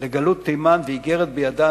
לגלות תימן ואיגרת בידם,